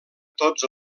tots